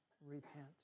repent